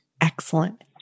Excellent